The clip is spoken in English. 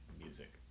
music